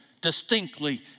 distinctly